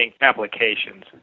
applications